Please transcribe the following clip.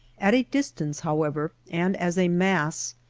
at a dis tance, however, and as a mass,